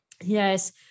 Yes